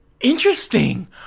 Interesting